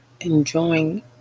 enjoying